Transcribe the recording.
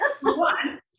One